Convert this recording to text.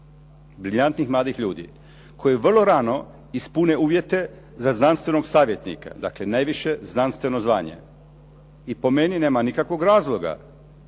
briljantnih mladih ljudi koji vrlo rano ispune uvjete za znanstvenog savjetnika, dakle najviše znanstveno zvanje. I po meni nema nikakvog razloga